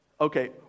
Okay